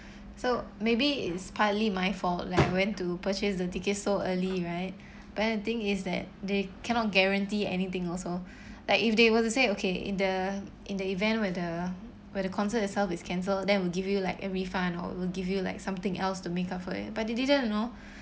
so maybe it's partly my fault like I went to purchase the tickets so early right but then the thing is that they cannot guarantee anything also like if they were to say okay in the in the event where the where the concert itself is cancelled then we'll give you like a refund or will give you like something else to make up for it but they didn't you know